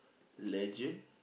legend